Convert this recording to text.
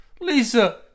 Lisa